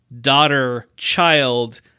daughter-child